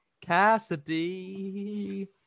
Cassidy